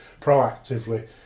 proactively